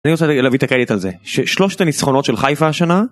אני רוצה להביא את הקלטת על זה, ששלושת הנצחונות של חיפה השנה...